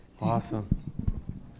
Awesome